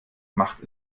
macht